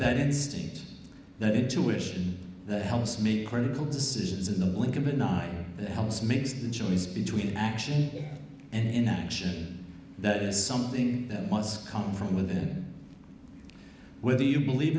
that instinct that intuition that helps me critical decisions in the blink of an eye or helps makes the choice between action and action that is something that was coming from within whether you believe